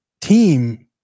team